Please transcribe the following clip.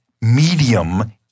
medium